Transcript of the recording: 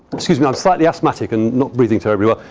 excuse me. i'm slightly asthmatic and not breathing terribly well.